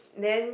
then